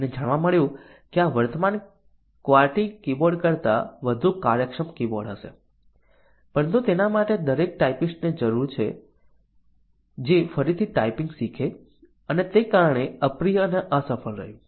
અને જાણવા મળ્યું કે આ વર્તમાન ક્વાર્ટી કીબોર્ડ કરતાં વધુ કાર્યક્ષમ કીબોર્ડ હશે પરંતુ તેના માટે દરેક ટાઇપિસ્ટને જરૂરી છે જે ફરીથી ટાઇપિંગ શીખે અને તે કારણે અપ્રિય અને અસફળ રહ્યું